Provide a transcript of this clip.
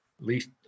least